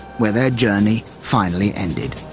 where their journey finally ended.